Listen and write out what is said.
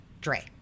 Dre